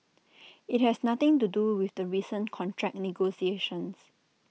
IT has nothing to do with the recent contract negotiations